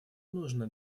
нужно